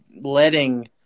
letting